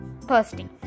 thirsty